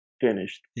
finished